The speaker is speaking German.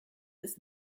ist